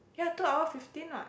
ya two hour fifteen what